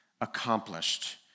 accomplished